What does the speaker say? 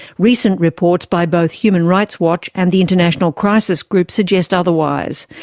recent reports by both human rights watch and the international crisis group suggest otherwise.